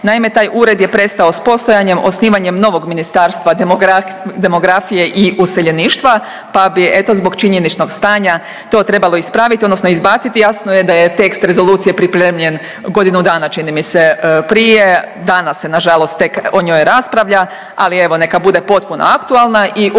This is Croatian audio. Naime, taj ured je prestao s postojanjem osnivanjem novog Ministarstvo demografije i useljeništva pa bi eto, zbog činjeničnog stanja to trebalo ispraviti, odnosno izbaciti. Jasno je da je tekst rezolucije pripremljen godinu dana, čini mi se, prije, danas se nažalost tek o njoj raspravlja, ali evo, neka bude potpuno aktualna i ukoliko